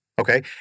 Okay